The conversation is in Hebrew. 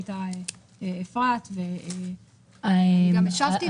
הייתה אפרת וגם השבתי,